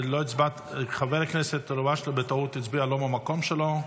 חבר הכנסת אלהואשלה הצביע בטעות לא במקום שלו,